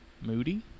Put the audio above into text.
moody